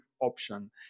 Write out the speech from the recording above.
option